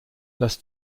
dass